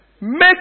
Make